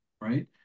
right